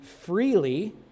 freely